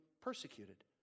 persecuted